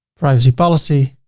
privacy policy,